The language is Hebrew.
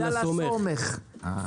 --- נוסף על השירותים המפורטים בסעיף (א),